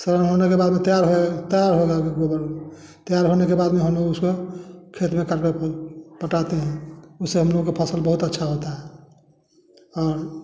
सड़न होने के बाद उसमें तैयार तैयार हो जता है तैयार होने के बाद हम उसको खेत में कर लेते हैं पटातें है उससे हम लोग का फसल बहुत अच्छा होता है और